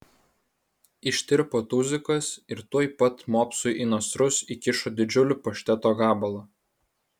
ištirpo tuzikas ir tuoj pat mopsui į nasrus įkišo didžiulį pašteto gabalą